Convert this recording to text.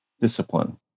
discipline